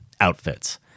outfits